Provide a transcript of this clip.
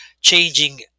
changing